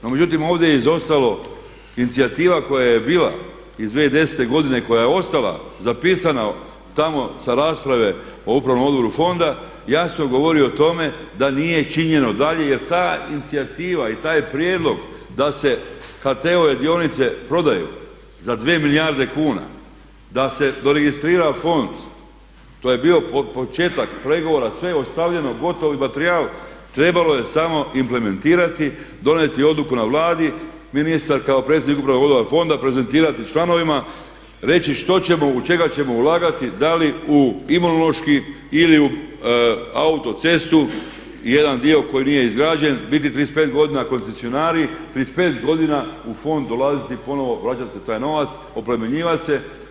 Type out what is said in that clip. No međutim, ovdje je izostajalo inicijativa koja je bila iz 2010.godine, koja je ostala zapisana tamo sa rasprave o upravnom odboru fonda, jasno govori o tome da nije činjeno dalje jer ta inicijativa i taj prijedlog da se HT-ove dionice prodaju za dvije milijarde kuna, da se do registrira fond, to je bio početak pregovora, sve je ostavljeno, gotovi materijal, trebalo je samo implementirati, donijeti odluku na Vladi, ministar kao predsjednik uprave, odbora fonda prezentirati članovima, reći što ćemo, u čega ćemo ulagati, da li u imunološki ili u autocestu, jedan dio koji nije izgrađen, biti 35 godina koncesionari, 35 u fond dolaziti i ponovno vraćat se taj novac, oplemenjivat se.